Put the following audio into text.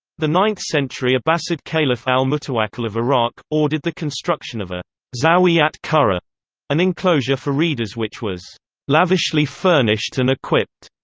the ninth century abbasid caliph al-mutawakkil of iraq, ordered the construction of a zawiyat qurra an enclosure for readers which was lavishly furnished and equipped.